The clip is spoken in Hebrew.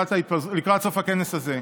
לקראת סוף הכנס הזה,